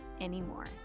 anymore